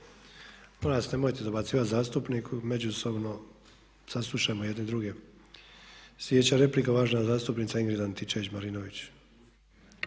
Hvala vam